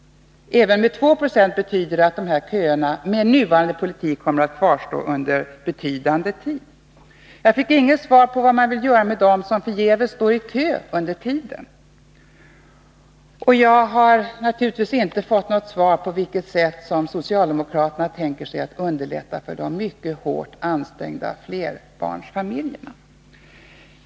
Även med 2 6 betyder det att dessa köer med nuvarande politik kommer att kvarstå under betydande tid. Jag fick heller inget svar på frågan om vad man bör göra med dem som förgäves står i kö under tiden. Jag har naturligtvis inte heller fått något svar på frågan om på vilket sätt socialdemokraterna tänker sig att underlätta för de mycket hårt ansträngda flerbarnsfamiljerna.